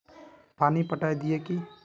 पानी पटाय दिये की?